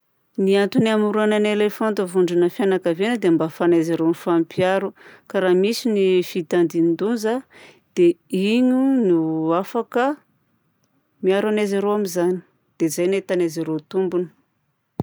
Ny antony amoronan'ny elefanta vondrona fianakaviana dia ahafahan'izy ireo mifampiaro ka raha misy ny fitandinin-doza dia igny no afaka miaro an'izy ireo amin'izany. Dia izay no ahitan'izy reo tombony.